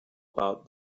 about